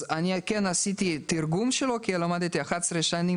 עשיתי תרגום של התעודה כי למדתי 11 שנים